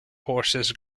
horses